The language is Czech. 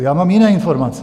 Já mám jiné informace.